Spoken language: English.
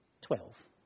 Twelve